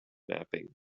mapping